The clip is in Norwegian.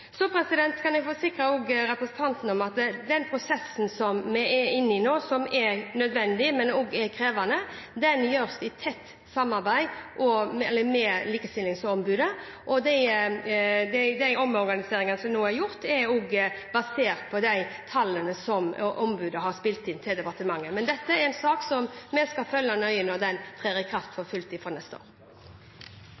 Så kan jeg forsikre representanten om at den prosessen som vi er inne i nå, som er nødvendig, men også krevende, gjøres i tett samarbeid med Likestillingsombudet. Og de omorganiseringene som nå er gjort, er også basert på de tallene som ombudet har spilt inn til departementet. Men dette er en sak som vi skal følge nøye når dette trer i kraft for